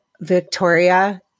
Victoria